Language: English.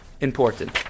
important